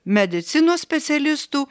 medicinos specialistų